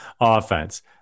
offense